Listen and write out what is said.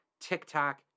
TikTok